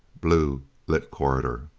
blue lit corridors.